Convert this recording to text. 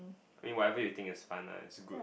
I mean whatever you think it's fun lah it's good